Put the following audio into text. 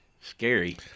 Scary